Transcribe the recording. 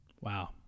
Wow